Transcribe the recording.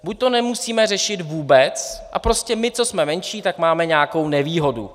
Buď to nemusíme řešit vůbec a prostě my, co jsme menší, tak máme nějakou nevýhodu.